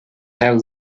have